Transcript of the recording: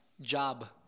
Job